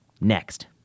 Next